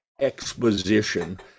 exposition